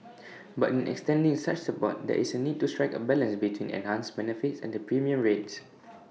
but in extending such support there is A need to strike A balance between enhanced benefits and the premium rates